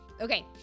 Okay